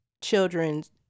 children's